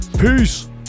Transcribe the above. Peace